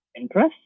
interest